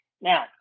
Now